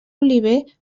oliver